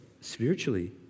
spiritually